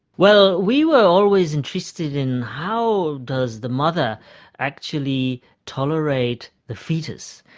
well, we were always interested in how does the mother actually tolerate the fetus.